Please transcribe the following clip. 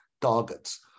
targets